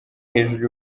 hejuru